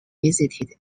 visited